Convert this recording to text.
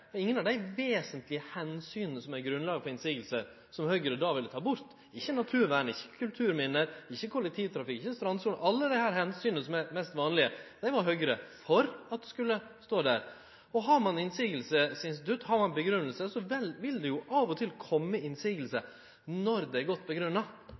vesentlege omsyna som er grunnlag for motsegn som Høgre då ville ta bort, ikkje naturvern, ikkje kulturminne, ikkje kollektivtrafikk, ikkje strandsone. Alle desse omsyna som er mest vanlege, var Høgre for skulle stå der. Har ein motsegnsinstitutt, og har ein ei god grunngjeving, vil det jo av og til